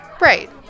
Right